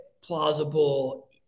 plausible